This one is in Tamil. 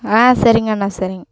ஆ சரிங்கண்ணா சரிங்க